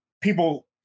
people